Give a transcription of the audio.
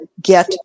get